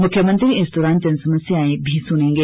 मुख्यमंत्री इस दौरान जनसमस्याएं भी सुनेंगे